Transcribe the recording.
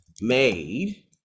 made